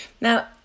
Now